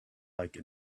like